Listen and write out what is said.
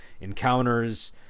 encounters